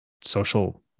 social